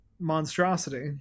monstrosity